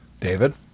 David